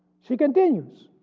she continues.